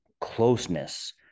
closeness